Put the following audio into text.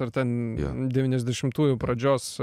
ar ten devyniasdešimtųjų pradžios